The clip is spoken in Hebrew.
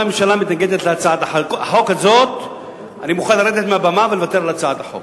הממשלה מתנגדת לה אני מוכן לרדת מהבמה ולוותר על הצגת החוק.